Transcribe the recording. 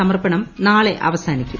സമർപ്പണം നാളെ അവസാനിക്കും